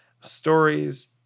stories